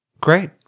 great